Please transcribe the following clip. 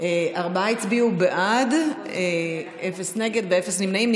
ארבעה הצביעו בעד, אין מתנגדים ואין נמנעים.